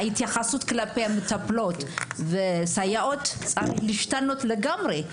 ההתייחסות כלפי המטפלות וסייעות צריך להשתנות לגמרי.